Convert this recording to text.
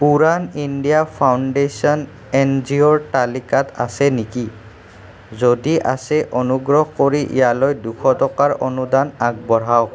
Udaan India foundation এনজিঅ'ৰ তালিকাত আছে নেকি যদি আছে অনুগ্ৰহ কৰি এয়ালৈ দুশ টকাৰ অনুদান আগবঢ়াওঁক